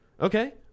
okay